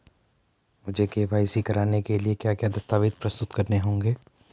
मुझे के.वाई.सी कराने के लिए क्या क्या दस्तावेज़ प्रस्तुत करने होंगे?